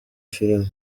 filime